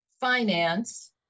finance